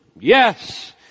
Yes